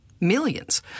millions